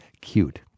cute